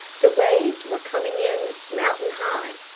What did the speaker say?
the waves were coming in mountain high.